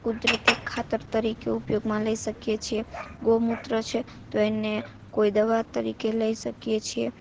કુદરતી ખાતર તરીકે ઉપયોગમાં લઈ શકીએ છીએ ગૌમુત્ર છે તો એને કોઈ દવા તરીકે લઈ શકીએ છીએ